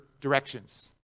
directions